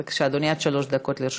בבקשה, אדוני, עד שלוש דקות לרשותך.